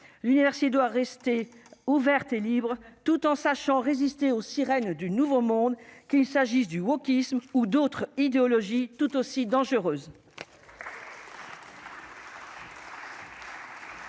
l'université doit rester ouverte et libre, tout en sachant résister aux sirènes du Nouveau Monde, qu'il s'agisse du wokisme ou d'autres idéologies tout aussi dangereuses.